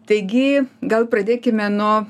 taigi gal pradėkime nuo